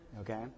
Okay